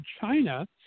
China